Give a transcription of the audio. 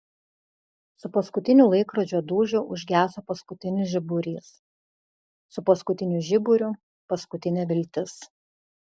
su paskutiniu laikrodžio dūžiu užgeso paskutinis žiburys su paskutiniu žiburiu paskutinė viltis